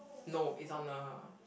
no it's on a